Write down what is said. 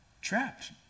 trapped